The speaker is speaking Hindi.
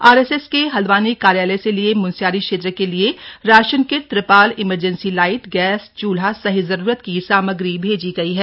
आरएसएस के हल्द्वानी कार्यलय से लिए मुनस्यारी क्षेत्र के लिए राशन किट त्रिपाल इमरजेंसी लाइट गैस चूल्हा सहित जरूरत की सामग्री भेजी गई है